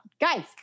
guys